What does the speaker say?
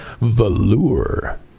velour